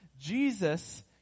Jesus